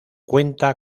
cuenta